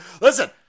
listen